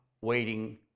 waiting